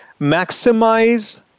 maximize